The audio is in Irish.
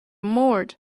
mbord